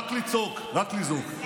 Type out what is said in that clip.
רק לצעוק, רק לזעוק.